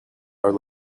are